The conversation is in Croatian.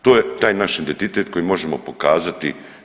To je taj naš identitet koji možemo pokazati.